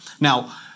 Now